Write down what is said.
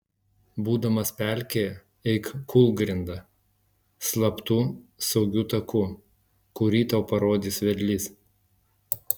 būdamas pelkėje eik kūlgrinda slaptu saugiu taku kurį tau parodys vedlys